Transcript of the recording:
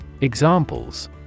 Examples